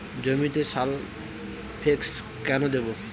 জমিতে সালফেক্স কেন দেবো?